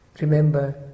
remember